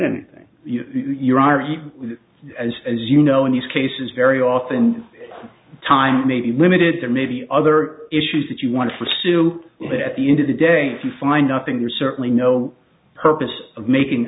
v as as you know in these cases very often time may be limited there may be other issues that you want to pursue but at the end of the day if you find nothing there's certainly no purpose of making